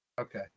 Okay